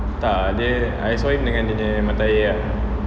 tak ah dia I saw him dengan dia nya mata air ah